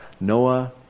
Noah